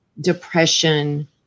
depression